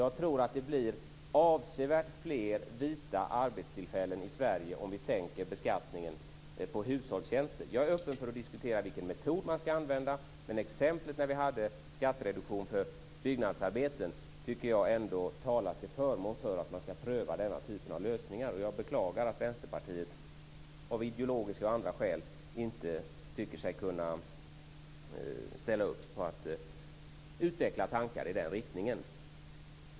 Jag tror att det blir avsevärt fler vita arbetstillfällen i Sverige om vi sänker beskattningen på hushållstjänster. Jag är öppen för att diskutera vilken metod man ska använda. Men exemplet från den tid när vi hade skattereduktion för byggnadsarbeten tycker jag talar till förmån för att man ska pröva denna typ av lösningar. Jag beklagar att Vänsterpartiet av ideologiska och andra skäl inte tycker sig kunna ställa upp på att utveckla tankar i den riktningen.